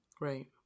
right